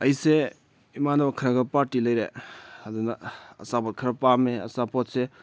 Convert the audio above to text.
ꯑꯩꯁꯦ ꯏꯃꯥꯟꯅꯕ ꯈꯔꯒ ꯄꯥꯔꯇꯤ ꯂꯩꯔꯦ ꯑꯗꯨꯅ ꯑꯆꯥꯄꯣꯠ ꯈꯔ ꯄꯥꯝꯃꯦ ꯑꯆꯥꯄꯣꯠꯁꯦ